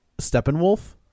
steppenwolf